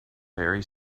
very